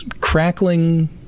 crackling